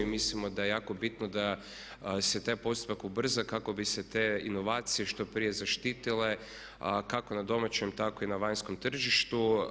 Mi mislimo da je jako bitno da se taj postupak ubrza kako bi se te inovacije što prije zaštitile kako na domaćem tako i na vanjskom tržištu.